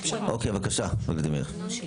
בבקשה, ולדימיר.